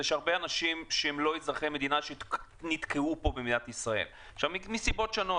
יש אנשים שהם לא אזרחי מדינה שנתקעו פה מסיבות שונות.